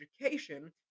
Education